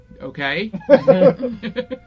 Okay